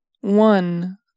One